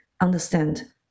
understand